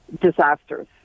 disasters